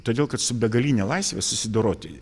todėl kad su begaline laisve susidoroti